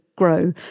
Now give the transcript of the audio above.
grow